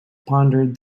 pondered